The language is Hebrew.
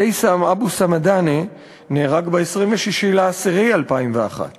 הית'ם אבו סמהדאנה נהרג ב-29 באוקטובר 2001,